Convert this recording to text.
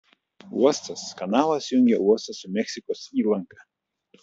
uostas kanalas jungia uostą su meksikos įlanka